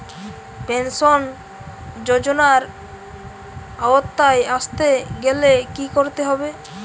Pension যজোনার আওতায় আসতে গেলে কি করতে হবে?